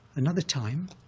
another time,